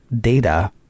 Data